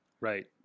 Right